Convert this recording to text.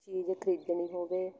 ਚੀਜ਼ ਖਰੀਦਣੀ ਹੋਵੇ